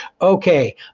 okay